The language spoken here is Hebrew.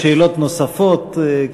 ואני מציע, יש עוד שאלות נוספות.